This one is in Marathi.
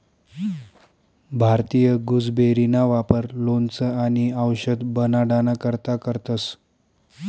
भारतीय गुसबेरीना वापर लोणचं आणि आवषद बनाडाना करता करतंस